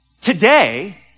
today